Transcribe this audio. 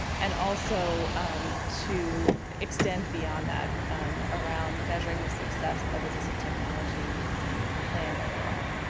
and also to extend beyond that around measuring the success of assistive technology plan overall.